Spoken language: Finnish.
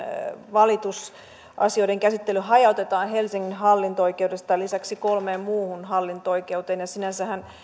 valitusasioiden käsittely hajautetaan helsingin hallinto oikeudesta lisäksi kolmeen muuhun hallinto oikeuteen sinänsä